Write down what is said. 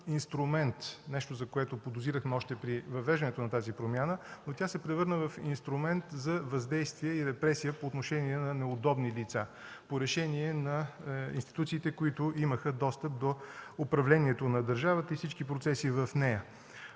нещо, което подозирахме още при въвеждането на тази промяна. Превърна се в инструмент за въздействие и репресия по отношение на неудобни лица, по решение на институциите, които имаха достъп до управлението на държавата и всички процеси в нея.